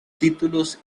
títulos